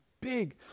big